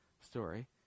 story